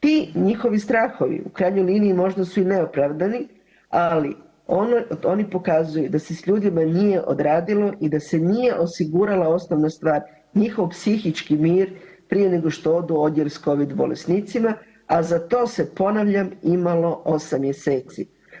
Ti njihovi strahovi u krajnjoj liniji možda su i neopravdani ali oni pokazuju da se sa ljudima nije odradilo i da se nije osigurala osnovna stvar njihov psihički mir prije nego što odu na odjel sa covid bolesnicima, a za to se ponavljam imalo 8 mjeseci.